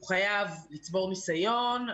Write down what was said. היא חייבת לצבור ניסיון,